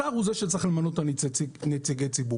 השר הוא זה שצריך למנות את נציגי הציבור